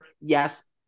Yes